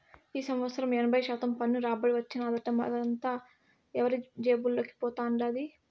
ఈ సంవత్సరం ఎనభై శాతం పన్ను రాబడి వచ్చినాదట, మరదంతా ఎవరి జేబుల్లోకి పోతండాది